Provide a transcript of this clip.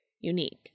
Unique